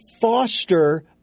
foster